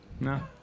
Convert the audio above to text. No